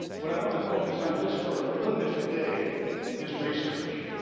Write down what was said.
what i want to focus on just for a little bit today is research.